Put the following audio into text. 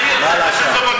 הוא לא היה רשום,